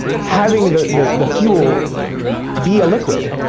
having the the fuel be a liquid,